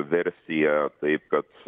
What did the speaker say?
versiją taip kad